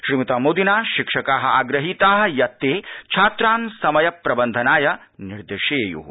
श्रीमता मोदिना शिक्षकाः आग्रहीताः यत् ते छात्रान् समय प्रबन्धनाय निर्दिशेय्ः